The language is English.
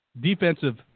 defensive